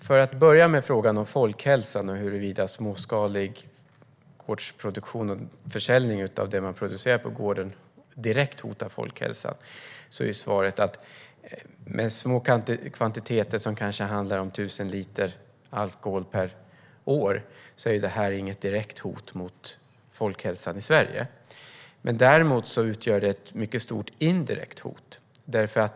För att börja med folkhälsan och huruvida småskalig gårdsproduktion och försäljning av det man producerar på gården direkt hotar folkhälsan är svaret att de små kvantiteter det handlar om, kanske 1 000 liter alkohol per år, inte är ett direkt hot mot folkhälsan i Sverige. Däremot utgör det ett mycket stort indirekt hot.